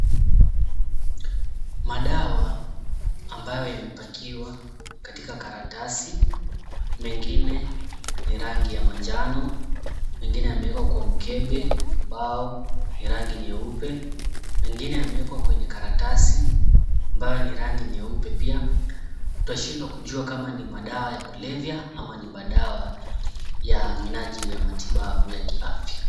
Madawa ambayo yamepakiwa katika karatasi, mengine ya rangi ya manjano, mengine yamewekwa kwa mkebe ambao ni rangi nyeupe. Mengine yamewekwa kwanye karatasi ambayo ni rangi nyeupe pia. Twashindwa kujua kama ni madawa ya kulevya ama ni madawa ya minajili ya matibabu ya kiafya.